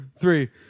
three